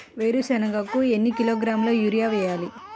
వేరుశనగకు ఎన్ని కిలోగ్రాముల యూరియా వేయాలి?